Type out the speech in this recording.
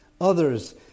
others